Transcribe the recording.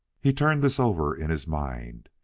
he turned this over in his mind,